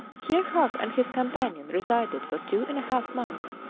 here huc and his companion resided for two and a half months,